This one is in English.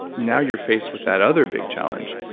now you're faced with that other big challenge.